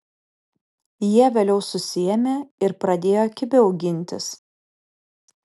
jie vėliau susiėmė ir pradėjo kibiau gintis